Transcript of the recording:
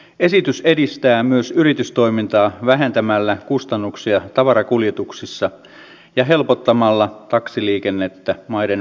esitys edistää myös yritystoimintaa vähentämällä kustannuksia tavarakuljetuksissa ja helpottamalla taksiliikennettä maiden välillä